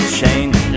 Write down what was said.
change